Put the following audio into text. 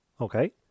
okay